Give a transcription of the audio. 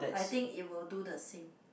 I think it will do the same